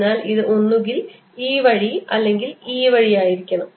അതിനാൽ ഇത് ഒന്നുകിൽ ഈ വഴി അല്ലെങ്കിൽ ഈ വഴി ആയിരിക്കണം